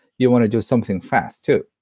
you want to do something fast, too.